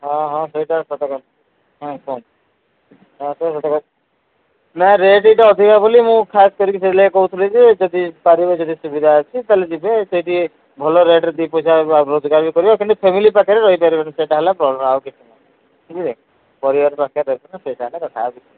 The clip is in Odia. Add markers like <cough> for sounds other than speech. ହଁ ହଁ ସେଇଟା ସତ କଥା ହଁ ପହଞ୍ଚୁଛୁ <unintelligible> ନା ରେଟ୍ ଏଠି ଅଧିକା ବୋଲି ମୁଁ ଖାସ୍ କରି ସେଥି ଲାଗି କହୁଥିଲି କି ଯଦି ପାରିବ ଯଦି ସୁହିଧା ଅଛି ତାହାଲେ ଯିବେ ସେଠି ଭଲ ରେଟ୍ରେ ଦୁଇ ପଇସାରେ ରୋଜଗାର ବି କରିବେ କିନ୍ତୁ ଫ୍ୟାମିଲୀ ପାଖରେ ରହି ପାରିବେନି ସେଟା ହେଲା ପ୍ରୋବ୍ଲେମ୍ ଆଉ କିଛି ନାହିଁ ବୁଝିଲେ ପରିବାର ପାଖରେ ରହିବେନି ସେଇଟା ହେଲା କଥା ଆଉ କିଛି ନାହିଁ